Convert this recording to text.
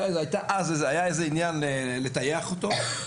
אז היה איזה עניין לטייח אותו,